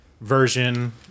version